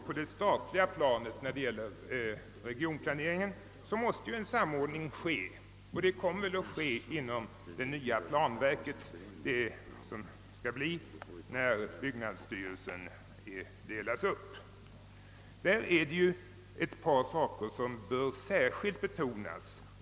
På det centrala planet måste en samordning ske, och den kommer väl också genom det nya planverket som skapas när byggnadsstyrelsen nu delas upp. I detta sammanhang är det ett par saker som särskilt bör betonas.